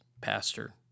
pastor